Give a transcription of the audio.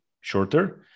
shorter